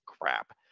crap